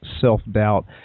self-doubt